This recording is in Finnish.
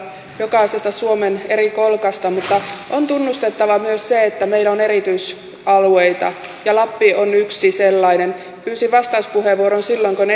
jokaisesta suomen eri kolkasta mutta on tunnustettava myös se että meillä on erityisalueita ja lappi on yksi sellainen pyysin vastauspuheenvuoron silloin kun